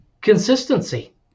Consistency